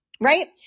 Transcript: right